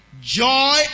Joy